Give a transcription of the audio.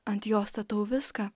ant jo statau viską